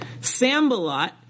Sambalot